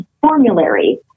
formulary